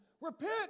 Repent